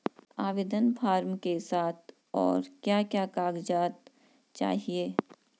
आवेदन फार्म के साथ और क्या क्या कागज़ात चाहिए?